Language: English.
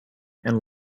and